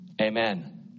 Amen